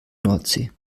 nordsee